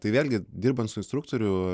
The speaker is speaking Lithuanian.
tai vėlgi dirbant su instruktorium